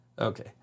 Okay